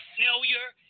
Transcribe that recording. failure